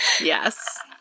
yes